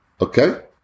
Okay